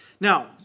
Now